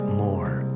more